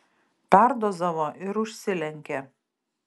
perdozavo ir užsilenkė